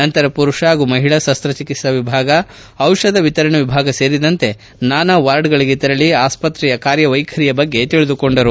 ನಂತರ ಪುರುಷ ಹಾಗೂ ಮಹಿಳಾ ಶಸ್ತ್ರಚಿಕಿತ್ಸಾ ವಿಭಾಗ ಔಷಧ ವಿತರಣೆ ವಿಭಾಗ ಸೇರಿದಂತೆ ನಾನಾ ವಾರ್ಡ್ಗಳಿಗೆ ತೆರಳಿ ಆಸ್ಪತ್ರೆಯ ಕಾರ್ಯ ವೈಖರಿಯ ಬಗ್ಗೆ ತಿಳಿದುಕೊಂಡರು